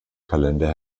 kalender